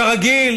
כרגיל,